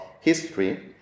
history